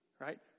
Right